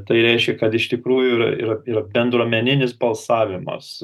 tai reiškia kad iš tikrųjų yra yra yra bendruomeninis balsavimas